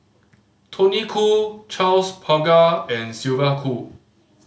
Tony Khoo Charles Paglar and Sylvia Kho